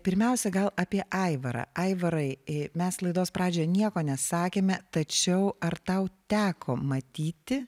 pirmiausia gal apie aivarą aivarai ė mes laidos pradžioje nieko nesakėme tačiau ar tau teko matyti